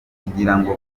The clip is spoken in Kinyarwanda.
kugirango